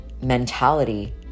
mentality